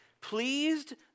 pleased